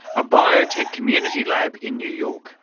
a biotech community lab in new york.